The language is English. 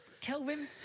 Kelvin